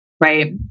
right